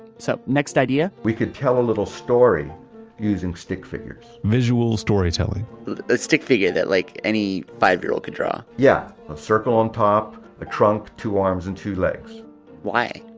so next idea? we could tell a little story using stick figures visual storytelling a stick figure that like any five-year-old could draw yes. yeah a circle on top, a trunk, two arms, and two legs why?